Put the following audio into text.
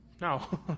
No